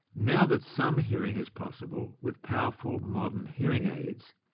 now that some hearing is possible, with powerful, modern hearing aids,